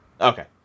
Okay